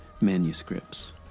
manuscripts